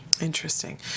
Interesting